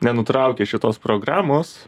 nenutraukę šitos programos